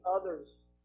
others